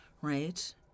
right